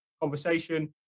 conversation